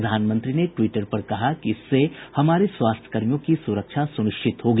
प्रधानमंत्री ने ट्वीटर पर कहा कि इससे हमारे स्वास्थ्यकर्मियों की सुरक्षा सुनिश्चित होगी